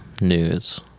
news